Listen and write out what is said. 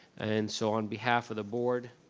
and so, on behalf of the board,